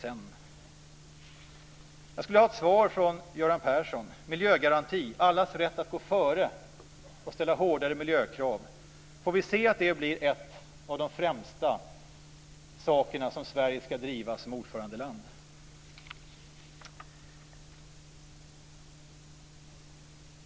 Jag skulle vilja ha ett svar från Göran Persson: Får vi se att en miljögaranti, allas rätt att gå före och ställa hårdare miljökrav, blir en av de främsta sakerna som Sverige ska driva som ordförandeland?